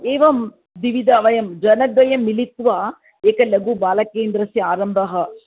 एवं द्विविध वयं जनद्वयं मिलित्वा एकलघुबालकेन्द्रस्य आरम्भ